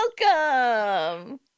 Welcome